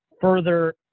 further